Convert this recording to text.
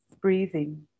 breathing